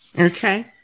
Okay